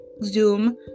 Zoom